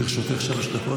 לרשותך שלוש דקות,